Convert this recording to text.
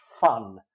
fun